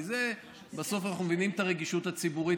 כי בסוף אנחנו מבינים את הרגישות הציבורית,